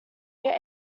your